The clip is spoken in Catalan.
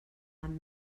amb